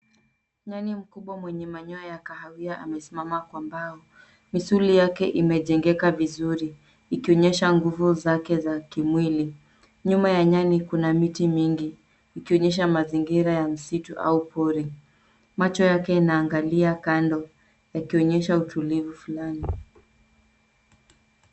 Nyani mkubwa wenye manyoa ya kahawia amesimama kwa mbao. Misuli yake imejengeka vizuri, ikionyesha nguvu zake za kimwili. Nyuma ya nyani kuna miti mingi, ikionyesha mazingira ya msitu au pori. Macho yake inaangalia kando yakionyesha utulivu fulani.